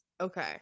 Okay